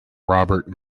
robert